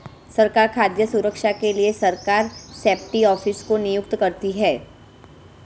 सरकार खाद्य सुरक्षा के लिए सरकार सेफ्टी ऑफिसर को नियुक्त करती है